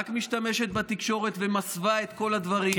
רק משתמשת בתקשורת ומסווה את כל הדברים.